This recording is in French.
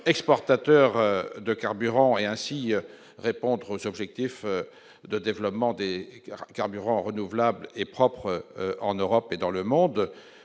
exportateur de carburant et ainsi répondre aux objectifs de développement des carburants renouvelables et propres en Europe et dans le monde